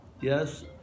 yes